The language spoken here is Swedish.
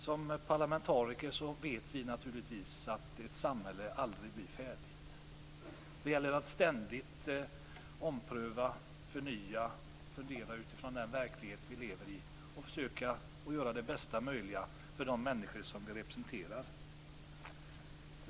Som parlamentariker vet vi naturligtvis att ett samhälle aldrig blir färdigt. Det gäller att ständigt ompröva, förnya utifrån den verklighet vi lever i och försöka göra det bästa möjliga för de människor som vi representerar.